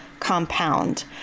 Compound